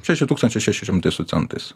šeši tūkstančiai šeši šimtai su centais